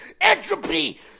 Entropy